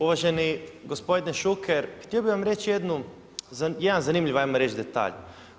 Uvaženi gospodine Šuker, htio bih vam reći jedan zanimljiv hajmo reći detalj.